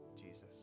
Jesus